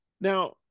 Now